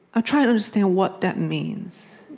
i'll try to understand what that means,